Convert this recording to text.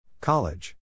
College